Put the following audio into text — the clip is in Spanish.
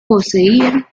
poseía